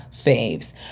faves